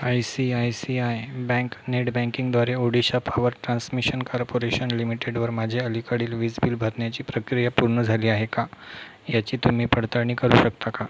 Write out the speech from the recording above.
I C I C I bank नेडबँकिंगद्वारे Odisha power transmission corporation लिमिटेडवर माझे अलीकडील वीज बिल भरण्याची प्रक्रिया पूर्ण झाली आहे का याची तुम्ही पडताळणी करू शकता का